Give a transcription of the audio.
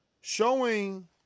showing